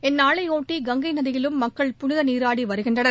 இந்நாளையொட்டி கங்கை நதியிலும் மக்கள் புனித நீராடி வருகின்றனர்